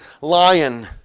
lion